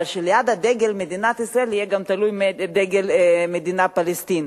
אבל שליד דגל מדינת ישראל יהיה תלוי גם דגל מדינת פלסטין.